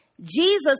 Jesus